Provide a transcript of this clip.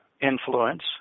influence